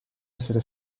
essere